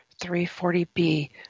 340B